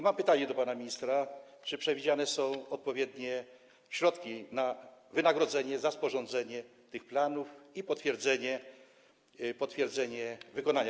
Mam pytanie do pana ministra: Czy przewidziane są odpowiednie środki na wynagrodzenie za sporządzenie tych planów i potwierdzenie ich wykonania?